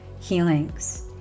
healings